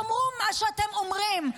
תאמרו מה שאתם אומרים,